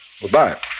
Goodbye